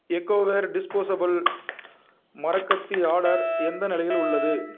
ecoware disposable மரக்கத்தி order எந்த நிலையில் உள்ளது